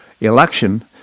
election